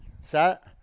set